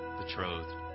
betrothed